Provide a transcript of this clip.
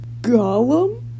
Gollum